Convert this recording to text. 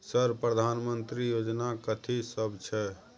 Sir प्रधानमंत्री योजना कथि सब छै?